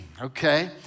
okay